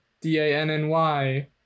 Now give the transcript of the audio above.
D-A-N-N-Y